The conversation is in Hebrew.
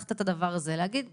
לקחת את הדבר הזה ולהגיד "שנייה,